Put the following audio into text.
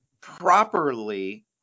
properly